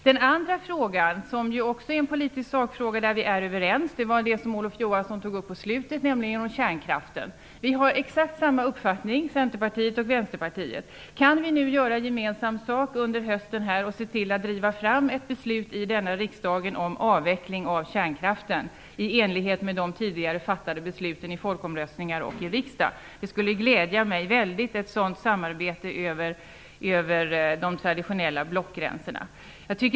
Den andra frågan, som ju också är en politisk sakfråga där vi är överens - dvs. det som Olof Johansson tog upp på slutet av sitt anförande - gäller kärnkraften. Vi har exakt samma uppfattning, Centerpartiet och Vänsterpartiet. Kan vi nu göra gemensam sak under hösten och driva fram ett beslut i riksdagen om avveckling av kärnkraften i enlighet med tidigare fattade beslut i folkomröstningar och i riksdag? Ett sådant samarbete över de traditionella blockgränserna skulle glädja mig väldigt mycket.